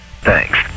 Thanks